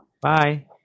Bye